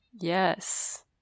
Yes